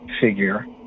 figure